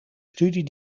studie